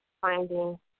finding